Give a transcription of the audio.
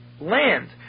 land